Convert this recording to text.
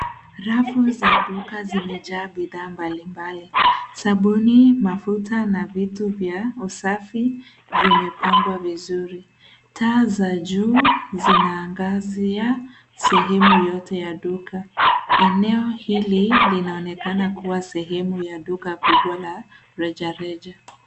Rafu za duka zimejaa bidhaa mbalimbali. Sabuni, mafuta na vitu vya usafi vimepangwa vizuri. Taa za juu zinaangazia sehemu yote ya duka. Eneo hili linaonekana kuwa sehemu ya duka kubwa la rejareja.